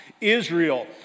Israel